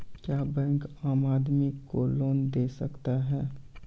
क्या बैंक आम आदमी को लोन दे सकता हैं?